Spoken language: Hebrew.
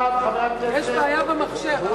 יש בעיה במחשב.